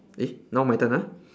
eh now my turn ah